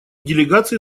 делегации